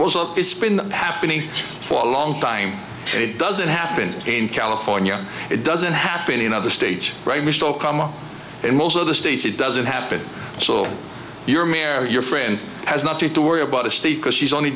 also it's been happening for a long time and it doesn't happen in california it doesn't happen in other states right michel come up and most of the states it doesn't happen so your mare your friend has not to worry about a state because she's only